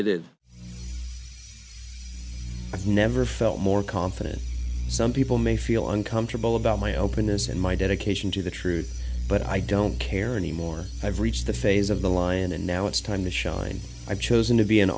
i've never felt more confident some people may feel uncomfortable about my openness and my dedication to the truth but i don't care anymore i've reached the phase of the line and now it's time to show it i've chosen to be an